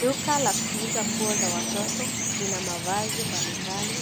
Duka la kuuza nguo za watoto. Lina mavazi mbalimbali